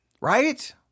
Right